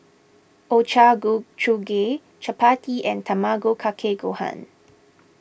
Ochazuke Chapati and Tamago Kake Gohan